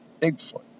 Bigfoot